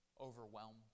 overwhelmed